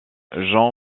jan